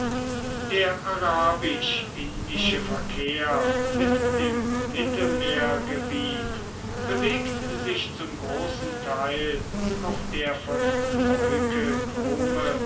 der arabisch indische verkehr mit dem mittelmeergebiet bewegt sich zum großen teil auf der von